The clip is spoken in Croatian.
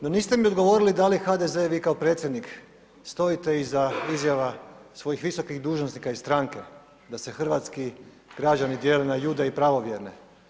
No, niste mi odgovorili da je HDZ i vi kao predsjednik stojite iza izjava svojih visokih dužnosnika iz stranke, da se hrvatski građani dijele na ljude i pravovjerne.